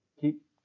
Keep